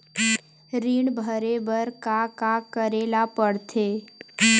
ऋण भरे बर का का करे ला परथे?